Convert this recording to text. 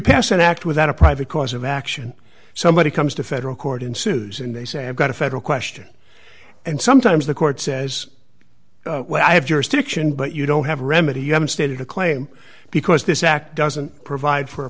pass an act without a private cause of action somebody comes to federal court and sues and they say i've got a federal question and sometimes the court says well i have jurisdiction but you don't have a remedy you haven't stated a claim because this act doesn't provide for a